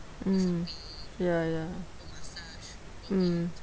mm ya ya mm